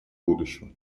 будущего